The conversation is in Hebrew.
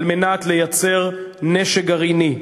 כדי לייצר נשק גרעיני.